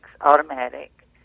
automatic